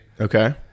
Okay